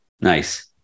Nice